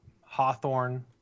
Hawthorne